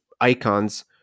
icons